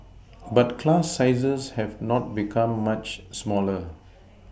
but class sizes have not become much smaller